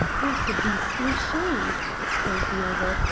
what a beastly shame! exclaimed the other,